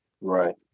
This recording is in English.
Right